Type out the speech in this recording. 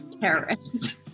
terrorist